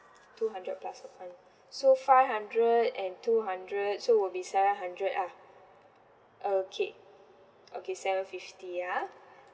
two hundred plus to five so five hundred and two hundred so will be seven hundred ah okay okay seven fifty ya